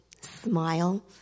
smile